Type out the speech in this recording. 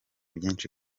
byinshi